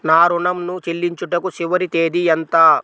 నా ఋణం ను చెల్లించుటకు చివరి తేదీ ఎంత?